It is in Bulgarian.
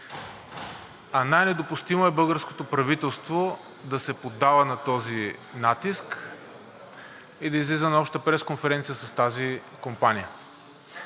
Най-недопустимо е българското правителство да се поддава на този натиск и да излиза на обща пресконференция с тази компания.